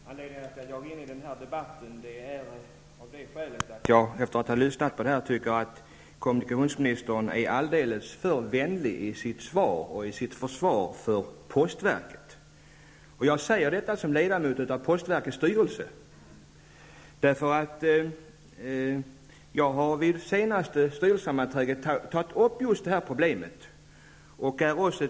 Fru talman! Anledningen till att jag går in i denna debatt är att jag, efter att ha lyssnat på den, tycker att kommunikationsministern är alldeles för vänlig i sitt svar och i sitt försvar för postverket. Jag säger detta som ledamot av postverkets styrelse. Jag har vid det senaste styrelsesammanträdet tagit upp just detta problem.